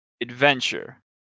Adventure